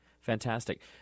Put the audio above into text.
fantastic